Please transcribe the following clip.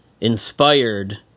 inspired